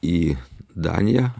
į daniją